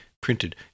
printed